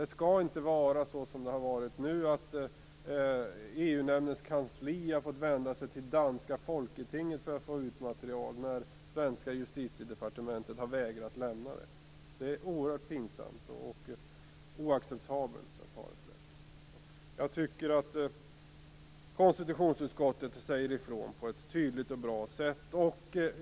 Det skall inte vara så som det har varit nu; att EU-nämndens kansli har fått vända sig till det danska Folketinget för att få ut material när det svenska Justitiedepartementet har vägrat lämna det. Detta är oerhört pinsamt och oacceptabelt. Jag tycker att konstitutionsutskottet säger ifrån på ett tydligt och bra sätt.